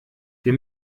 wir